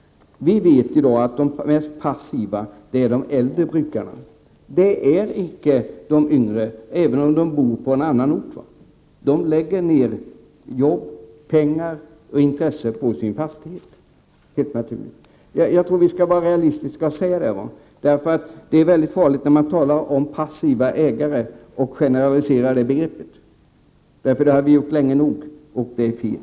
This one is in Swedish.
Vi vet att de mest passiva är de äldre brukarna. Det är icke de yngre som är passiva, även om de bor på en annan ort, utan de lägger ner jobb, pengar och intresse på sin fastighet, helt naturligt. Jag tror att vi skall vara realistiska och säga det, för det är väldigt farligt när man talar om passiva ägare och generaliserar det begreppet. Det har vi gjort länge nog, och det är fel.